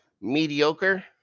mediocre